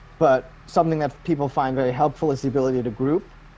but something that people find very helpful is the ability to group.